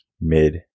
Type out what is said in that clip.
mid